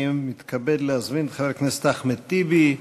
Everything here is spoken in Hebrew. אני מתכבד להזמין את חבר הכנסת אחמד טיבי,